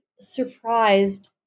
surprised